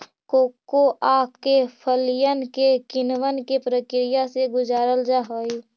cocoa के फलियन के किण्वन के प्रक्रिया से गुजारल जा हई